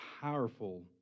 Powerful